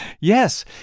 Yes